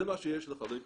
זה מה שיש לחלק עכשיו,